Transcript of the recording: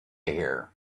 here